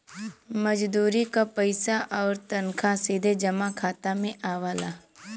मजदूरी क पइसा आउर तनखा सीधे जमा खाता में आवला